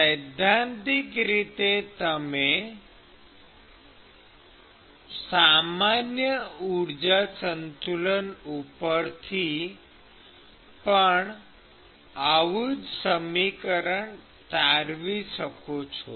સૈદ્ધાંતિક રીતે તમે સામાન્ય ઊર્જા સંતુલન ઉપરથી પણ આવું જ સમીકરણ તારવી શકો છો